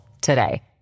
today